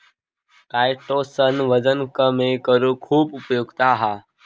chitosan वजन कमी करुक खुप उपयुक्त हा